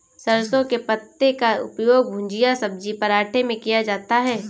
सरसों के पत्ते का उपयोग भुजिया सब्जी पराठे में किया जाता है